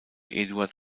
eduard